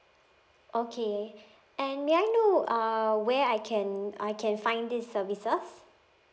okay and may I know uh where I can I can find this services